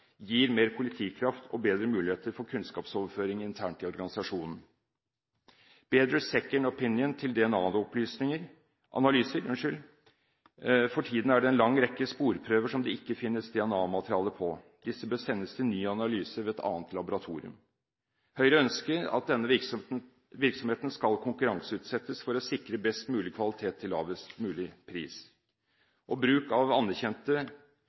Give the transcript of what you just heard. gir mer politikraft og bedre muligheter for kunnskapsoverføring internt i organisasjonen. Bruk av «second opinion» til DNA-analyser: For tiden er det en lang rekke sporprøver som det ikke finnes DNA-materiale på. Disse bør sendes til ny analyse ved et annet laboratorium. Høyre ønsker at denne virksomheten skal konkurranseutsettes for å sikre best mulig kvalitet til lavest mulig pris. Bruk av anerkjente